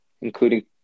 Including